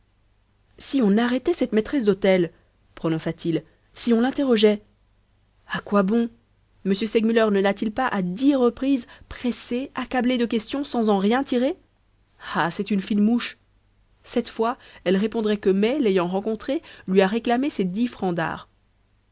si on arrêtait cette maîtresse d'hôtel prononça-t-il si on l'interrogeait à quoi bon m segmuller ne l'a-t-il pas à dix reprises pressée accablée de questions sans en rien tirer ah c'est une fine mouche cette fois elle répondrait que mai l'ayant rencontrée lui a réclamé ses dix francs